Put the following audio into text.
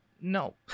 no